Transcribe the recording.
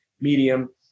medium